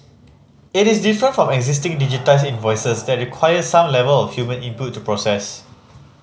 it is different from existing digitised invoices that require some level of human input to process